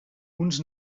uns